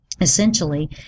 essentially